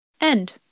end